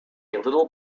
little